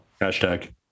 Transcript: Hashtag